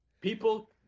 People